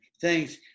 thanks